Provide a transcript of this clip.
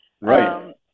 Right